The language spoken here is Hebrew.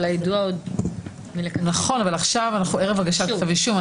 אבל עכשיו אנחנו ערב הגשת כתב אישום.